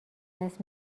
دست